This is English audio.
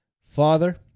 Father